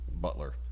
butler